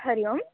हरिः ओं